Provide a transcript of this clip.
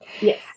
Yes